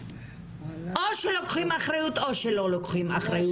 או שלוקחים אחריות או שלא לוקחים אחריות,